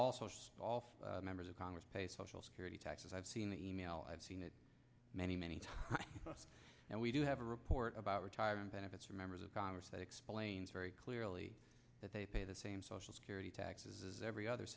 all members of congress pay social security taxes i've seen the email i've seen it many many times and we do have a report about retirement benefits for members of congress that explains very clearly that they pay the same social security taxes as every other